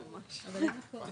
אדוני,